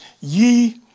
ye